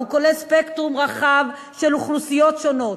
הוא כולל ספקטרום רחב של אוכלוסיות שונות,